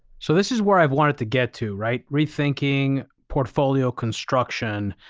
so this is where i've wanted to get to, right? rethinking portfolio construction,